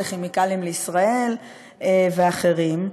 לכימיקלים לישראל ואחרים.